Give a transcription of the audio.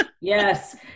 yes